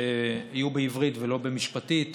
שיהיו בעברית ולא במשפטית: